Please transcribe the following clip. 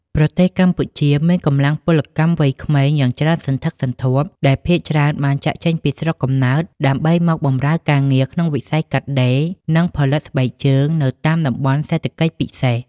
ប្រទេសកម្ពុជាមានកម្លាំងពលកម្មវ័យក្មេងយ៉ាងច្រើនសន្ធឹកសន្ធាប់ដែលភាគច្រើនបានចាកចេញពីស្រុកកំណើតដើម្បីមកបម្រើការងារក្នុងវិស័យកាត់ដេរ និងផលិតស្បែកជើងនៅតាមតំបន់សេដ្ឋកិច្ចពិសេស។